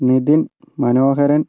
Nitin Manoharan